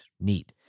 neat